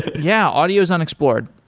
yeah, audio is unexplored.